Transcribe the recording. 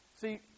See